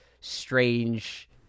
strange